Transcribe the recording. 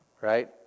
right